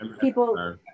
people